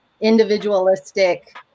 individualistic